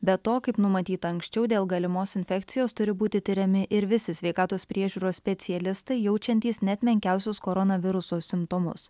be to kaip numatyta anksčiau dėl galimos infekcijos turi būti tiriami ir visi sveikatos priežiūros specialistai jaučiantys net menkiausius koronaviruso simptomus